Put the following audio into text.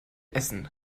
essen